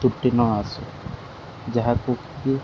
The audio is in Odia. ତ୍ରୁଟି ନ ଆସୁ ଯାହାକୁ କି